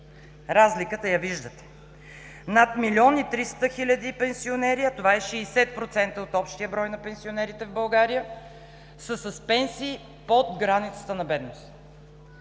Разликата я виждате. Над 1 милион 300 хиляди пенсионери, а това е 60% от общия брой на пенсионерите в България, са с пенсии под границата на бедност.